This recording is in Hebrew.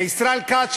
וישראל כץ,